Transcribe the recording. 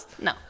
No